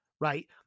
Right